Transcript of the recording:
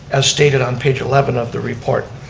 as stated on page eleven of the report.